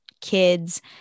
kids